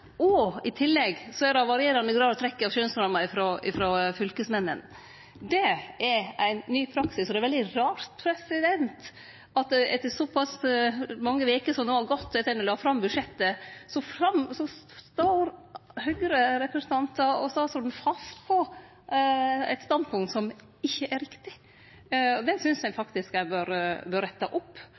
og i tillegg er det i varierande grad trekk i skjønnsrammer frå fylkesmennene. Det er ein ny praksis, og det er veldig rart at etter såpass mange veker som no er gått etter at ein la fram budsjettet, så står Høgre-representantar og statsråden fast på eit standpunkt som ikkje er riktig. Det synest eg faktisk ein bør rette opp. Og så bør